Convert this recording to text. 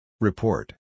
Report